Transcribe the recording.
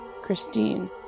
Christine